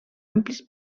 amplis